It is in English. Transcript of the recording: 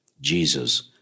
Jesus